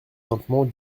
lentement